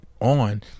on